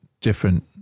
different